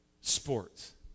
sports